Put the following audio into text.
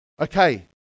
Okay